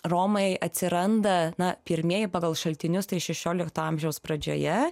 romai atsiranda na pirmieji pagal šaltinius tai šešiolikto amžiaus pradžioje